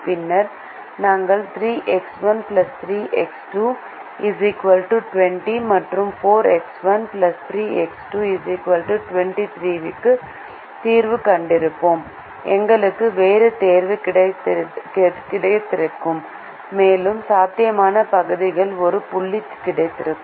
பின்னர் நாங்கள் 3X1 3X2 20 மற்றும் 4X1 3X2 23 க்கு தீர்வு கண்டிருப்போம் எங்களுக்கு வேறு தீர்வு கிடைத்திருக்கும் மேலும் சாத்தியமான பகுதிக்குள் ஒரு புள்ளி கிடைத்திருக்கும்